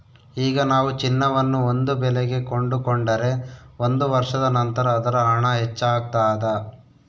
ಈಗ ನಾವು ಚಿನ್ನವನ್ನು ಒಂದು ಬೆಲೆಗೆ ಕೊಂಡುಕೊಂಡರೆ ಒಂದು ವರ್ಷದ ನಂತರ ಅದರ ಹಣ ಹೆಚ್ಚಾಗ್ತಾದ